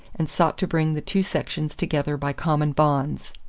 and sought to bring the two sections together by common bonds.